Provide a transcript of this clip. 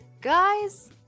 Guys